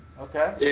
Okay